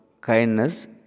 kindness